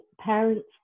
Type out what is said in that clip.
parents